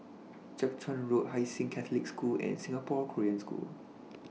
Jiak Chuan Road Hai Sing Catholic School and Singapore Korean School